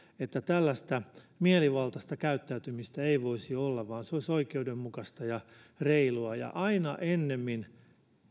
että tällaista mielivaltaista käyttäytymistä ei voisi olla vaan se olisi oikeudenmukaista ja reilua ja aina ennemmin